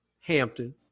Hampton